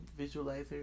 visualizer